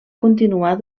continuar